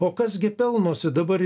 o kas gi pelnosi dabar